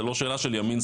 זה לא שאלה של ימין,